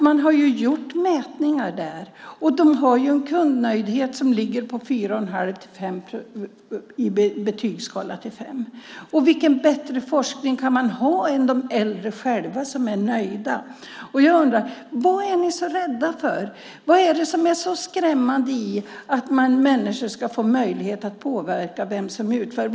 Man har gjort mätningar där. De har en kundnöjdhet som ligger på 4 1⁄2-5 med betygsskalan 1-5. Vilken forskning är bättre än de äldre själva, som är nöjda? Vad är ni så rädda för? Vad är det som är så skrämmande i att människor ska få möjlighet att påverka vem som utför äldreomsorgen?